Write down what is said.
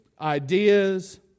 ideas